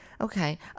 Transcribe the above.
okay